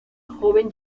joven